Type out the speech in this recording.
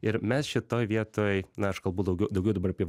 ir mes šitoj vietoj na aš kalbu daug daugiau dabar apie